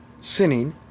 sinning